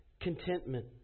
contentment